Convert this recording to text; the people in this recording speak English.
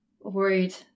Worried